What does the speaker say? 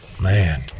Man